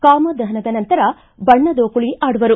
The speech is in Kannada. ಕಾಮ ದಹನದ ನಂತರ ಬಣ್ಣದೋಕುಳಿ ಆಡುವರು